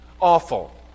awful